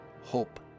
hope